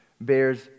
bears